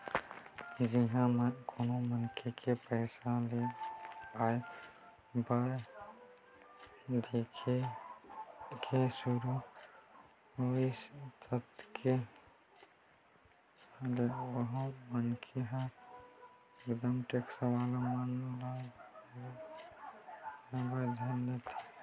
जिहाँ कोनो मनखे के पइसा के आवक आय बाय दिखे के सुरु होइस ताहले ओ मनखे ह इनकम टेक्स वाला मन के घेरा म आय बर धर लेथे